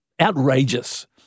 outrageous